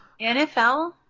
NFL